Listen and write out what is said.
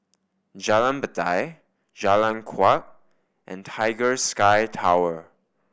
Jalan Batai Jalan Kuak and Tiger Sky Tower